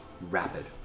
rapid